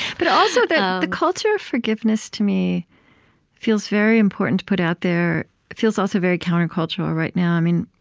but also, the the culture of forgiveness to me feels very important to put out there. it feels also very countercultural right now. i mean,